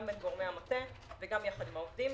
גם בין גורמי המטה וגם יחד עם העובדים.